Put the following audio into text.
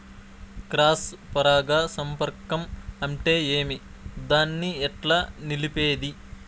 Cross పరాగ సంపర్కం అంటే ఏమి? దాన్ని ఎట్లా నిలిపేది?